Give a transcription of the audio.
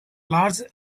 large